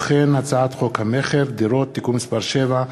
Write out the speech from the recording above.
הצעת חוק המכר (דירות) (תיקון מס' 7),